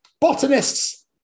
botanists